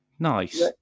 nice